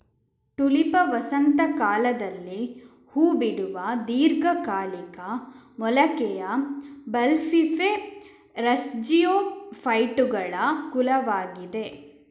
Tulipa ವಸಂತ ಕಾಲದಲ್ಲಿ ಹೂ ಬಿಡುವ ದೀರ್ಘಕಾಲಿಕ ಮೂಲಿಕೆಯ ಬಲ್ಬಿಫೆರಸ್ಜಿಯೋಫೈಟುಗಳ ಕುಲವಾಗಿದೆ